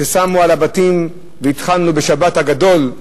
ששמו על הבתים, והתחלנו בשבת הגדול,